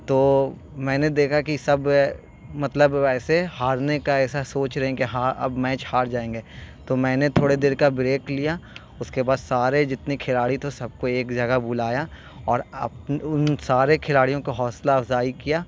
تو میں نے دیکھا کہ سب مطلب وییسے ہارنے کا ایسا سوچ رہے ہیں کہ ہاں اب میچ ہار جائیں گے تو میں نے تھوڑے دیر کا بریک لیا اس کے بعد سارے جتنی کھلاڑی تو سب کو ایک جگہ بلایا اور اپ ان سارے کھلاڑیوں کو حوصلہ افزائی کیا